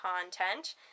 content